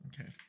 Okay